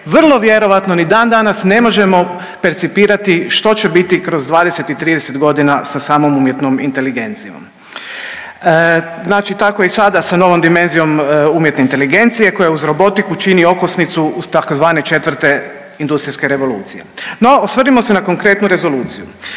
vrlo vjerovatno ni dan danas ne možemo percipirati što će biti kroz 20 i 30 godina sa samom umjetnom inteligencijom. Znači tako je i sada sa novom dimenzijom umjetne inteligencije koja uz robotiku čini okosnicu tzv. četvrte industrijske revolucije. No, osvrnimo se na konkretnu rezoluciju.